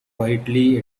quietly